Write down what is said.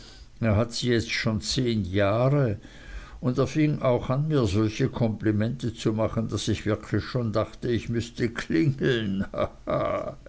er hat sie jetzt schon zehn jahre und er fing auch an mir solche komplimente zu machen daß ich wirklich schon dachte ich müßte klingeln